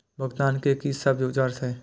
भुगतान के कि सब जुगार छे?